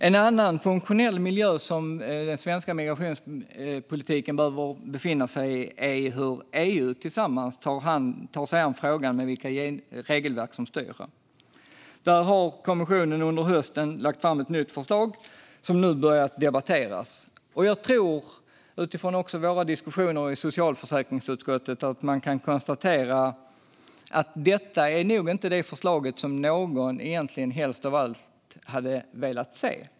En annan funktionell miljö som den svenska migrationspolitiken behöver befinna sig i är EU:s sätt att tillsammans ta sig an frågan och vilka regelverk som styr. Där har kommissionen under hösten lagt fram ett nytt förslag som nu har börjat debatteras. Jag tror, även utifrån våra diskussioner i socialförsäkringsutskottet, att man kan konstatera att detta nog egentligen inte är det förslag som någon helst av allt hade velat se.